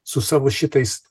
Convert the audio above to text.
su savo šitais